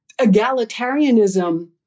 egalitarianism